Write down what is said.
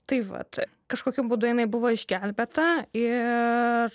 tai vat kažkokiu būdu jinai buvo išgelbėta ir